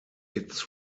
its